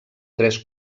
tres